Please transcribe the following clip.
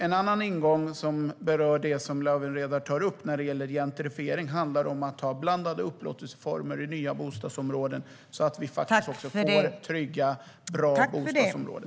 En annan ingång, som berör det som Lawen Redar tar upp om gentrifiering, handlar om att ha blandade upplåtelseformer i nya bostadsområden så att vi får trygga och bra bostadsområden.